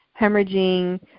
hemorrhaging